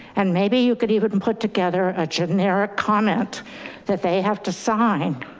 and maybe you could even and put together a generic comment that they have to sign